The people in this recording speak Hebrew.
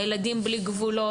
הילדים בלי גבולות.